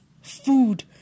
food